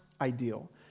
ideal